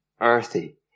Earthy